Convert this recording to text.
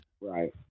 Right